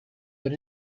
but